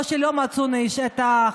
או שלא מצאו את החשוד.